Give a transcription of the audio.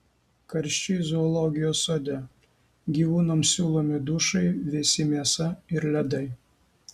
karščiai zoologijos sode gyvūnams siūlomi dušai vėsi mėsa ir ledai